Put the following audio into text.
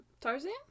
Tarzan